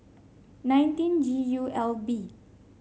nineteen G U L B